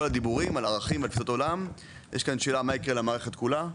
הדיבורים על ערכים ותפיסות עולם יש כאן שאלה מה יקרה למערכת כולה?